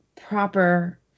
proper